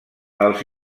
els